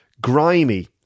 Grimy